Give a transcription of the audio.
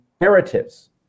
narratives